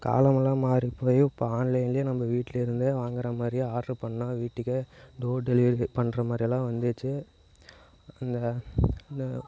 காலமெல்லாம் மாறி போய் இப்போ ஆன்லைனில் நம்ம வீட்லேருந்தே வாங்கிற மாதிரி ஆட்ரு பண்ணால் வீட்டுக்கே டோர் டெலிவரி பண்ணுற மாதிரியெல்லாம் வந்துடுச்சு இந்த இந்த